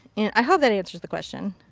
and i hope that answers the questions.